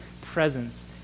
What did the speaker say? presence